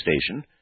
station